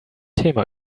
thema